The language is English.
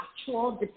actual